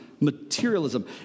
materialism